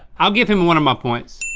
i'll give him one of my points.